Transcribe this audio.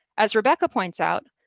as rebecca points out,